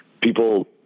people